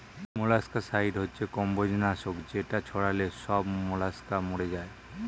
molluscicide হচ্ছে কম্বোজ নাশক যেটা ছড়ালে সব মোলাস্কা মরে যায়